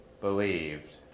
believed